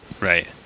right